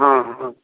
हँ हँ